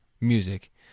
music